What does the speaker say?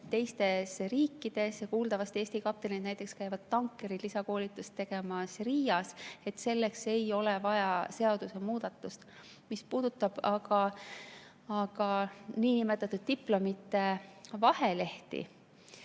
teistes riikides. Kuuldavasti Eesti kaptenid näiteks käivad tankeri lisakoolitust tegemas Riias. Selleks ei ole vaja seadusemuudatust. Mis puudutab aga nn diplomite vahelehti,